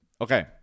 Okay